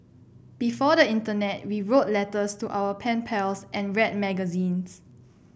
before the internet we wrote letters to our pen pals and read magazines